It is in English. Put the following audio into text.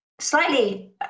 slightly